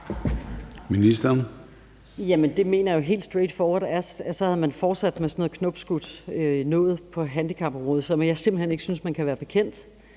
Jamen der mener jeg helt straight forward, at så havde man fortsat med sådan noget knopskydning på handicapområdet, som jeg simpelt hen ikke synes man kan være bekendt.